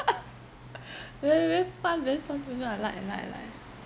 very very fun very fun very I like I like I like